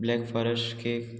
black forest cake